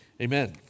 Amen